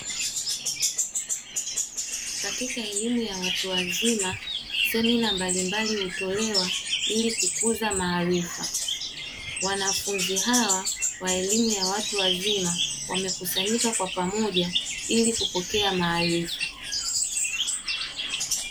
Katika elimu ya watu wazima, semina mbalimbali hutolewa ili kukuza maarifa. Wanafunzi hawa wa elimu ya watu wazima, wamekusanyika kwa pamoja ili kupokea maarifa.